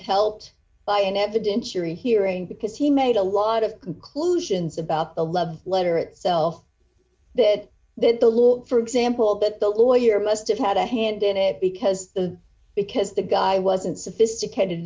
helped by an evidentiary hearing because he made a lot of conclusions about the love letter itself that that the law for example that the lawyer must've had a hand in it because the because the guy wasn't sophisticated